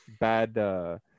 bad